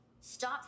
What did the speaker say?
stop